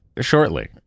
shortly